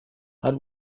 hari